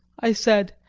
i said,